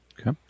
Okay